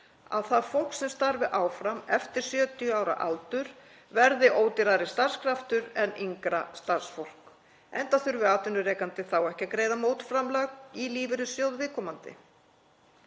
að það fólk sem starfi áfram eftir 70 ára aldur verði ódýrari starfskraftur en yngra starfsfólk, enda þurfi atvinnurekandi þá ekki að greiða mótframlag í lífeyrissjóð viðkomandi.